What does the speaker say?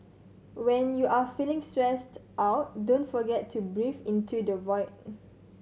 when you are feeling stressed out don't forget to breathe into the void